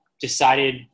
decided